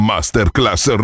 Masterclass